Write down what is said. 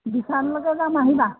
বিশাললৈকে যাম আহিবা